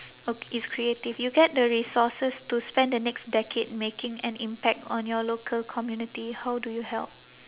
uh it's creative you get the resources to spend the next decade making an impact on your local community how do you help